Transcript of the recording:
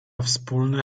wspólna